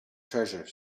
treasure